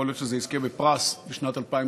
יכול להיות שזה יזכה בפרס בשנת 2019,